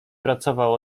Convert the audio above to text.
pracował